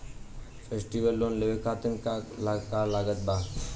Festival loan लेवे खातिर का का लागत बा?